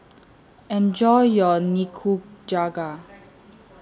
Enjoy your Nikujaga